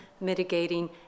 mitigating